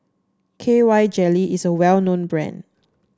K Y Jelly is a well known brand